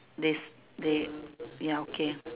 this they ya okay